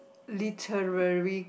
literary